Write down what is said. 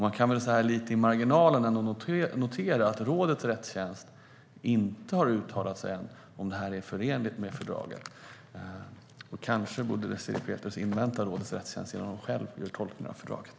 Man kan lite i marginalen notera att rådets rättstjänst inte än har uttalat om detta är förenligt med fördraget. Kanske borde Désirée Pethrus invänta rådets rättstjänsts tolkning innan hon själv gör tolkningar av fördraget.